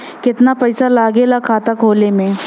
कितना पैसा लागेला खाता खोले में?